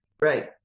Right